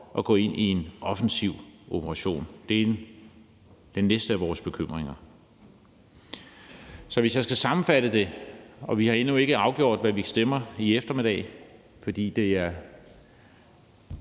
at gå ind i en offensiv operation. Det er den næste af vores bekymringer. Vi har endnu ikke afgjort, hvad vi stemmer i eftermiddag, fordi det er